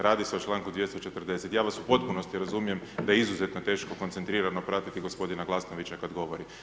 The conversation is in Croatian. Radi se o članku 240. ja vas u potpunosti razumijem da je izuzetno teško koncentrirano pratiti gospodina Glasnovića kad govori.